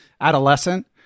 adolescent